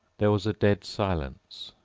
there was a dead silence.